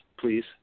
please